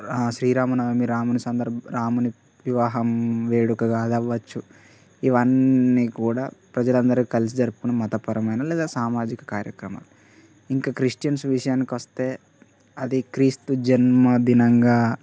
శ్రీరామనవమి రాముని సందర్భం రాముని వివాహం వేడుకగా అది అవ్వచ్చు ఇవన్నీ కూడా ప్రజలందరూ కలిసి జరుపుకునే మతపరమైన లేదా సామాజిక కార్యక్రమాలు ఇంక క్రిస్టియన్స్ విషయానికి వస్తే అది క్రీస్తు జన్మదినంగా